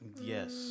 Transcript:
Yes